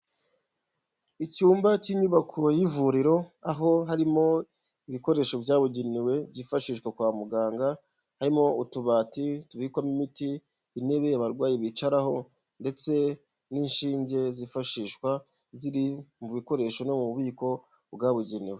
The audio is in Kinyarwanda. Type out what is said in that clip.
Icyumba cy'inyubako y'ivuriro aho harimo ibikoresho byabugenewe byifashishwa kwa muganga harimo utubati tubikwamo imiti, intebe abarwayi bicaraho ndetse n'inshinge zifashishwa ziri mu bikoresho no mu bubiko bwabugenewe.